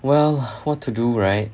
well what to do right